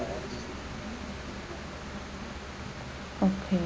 okay